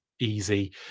easy